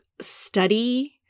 study